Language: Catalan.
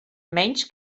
menys